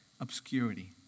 obscurity